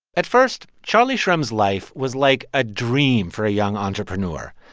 at first, charlie shrem's life was like a dream for a young entrepreneur.